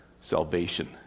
salvation